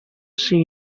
see